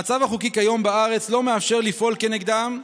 המצב החוקי כיום בארץ לא מאפשר לפעול כנגדם,